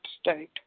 state